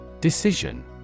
Decision